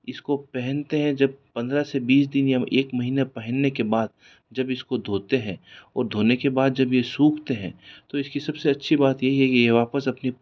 इसको पहनते हैं जब पंद्रह से बीस दिन या एक महीने पहनने के बाद जब इसको धोते हैं और धोने के बाद जब ये सूखते हैं तो इसकी सबसे अच्छी बात यही है कि यह वापस अपनी